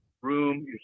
room